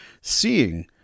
seeing